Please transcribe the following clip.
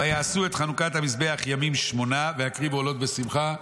ויעשו את חנוכת המזבח ימים שמונה ויקריבו עולות בשמחה".